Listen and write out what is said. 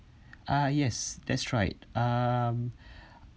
ah yes that's right um